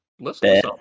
listen